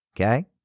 Okay